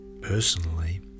Personally